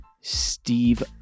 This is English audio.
Steve